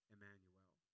Emmanuel